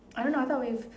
I don't know I thought we've